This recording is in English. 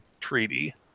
treaty